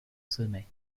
sommet